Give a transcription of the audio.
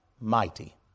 mighty